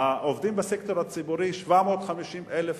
העובדים בסקטור הציבורי, 750,000 עובדים,